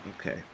Okay